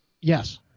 Yes